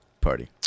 party